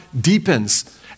deepens